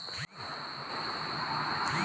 चालू खात्याची माहिती कसा बगायचा?